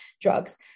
drugs